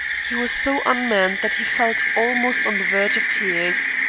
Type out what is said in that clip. he was so unmanned that he felt almost on the verge of tears.